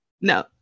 No